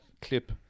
clip